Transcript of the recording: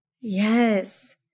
Yes